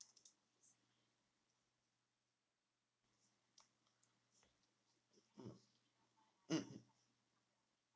mm